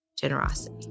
generosity